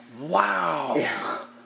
Wow